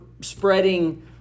spreading